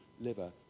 liver